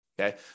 Okay